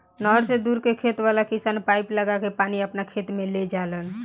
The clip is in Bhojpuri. नहर से दूर के खेत वाला किसान पाइप लागा के पानी आपना खेत में ले जालन